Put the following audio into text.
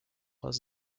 was